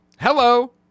Hello